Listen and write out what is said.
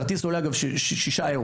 אגב, כרטיס עולה 6 אירו.